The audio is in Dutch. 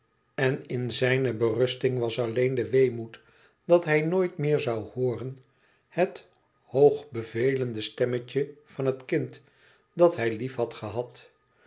en in zijne berusting was alleen de weemoed dat hij nooit meer zoû hooren het hoog bevelende stemmetje van het kind dat hij lief had gehad